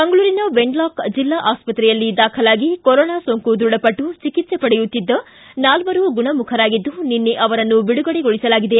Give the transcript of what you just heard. ಮಂಗಳೂರಿನ ವೆನ್ಲಾಕ್ ಜಲ್ಲಾಸ್ತ್ರೆಯಲ್ಲಿ ದಾಖಲಾಗಿ ಕೊರೋನಾ ಸೋಂಕು ದೃಢಪಟ್ಟು ಚಿಕಿತ್ಸೆ ಪಡೆಯುತ್ತಿದ್ದ ನಾಲ್ದರು ಗುಣಮುಖರಾಗಿದ್ದು ನಿನ್ನೆ ಅವರನ್ನು ಬಿಡುಗಡೆಗೊಳಿಸಲಾಗಿದೆ